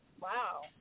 Wow